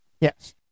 Yes